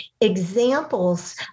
examples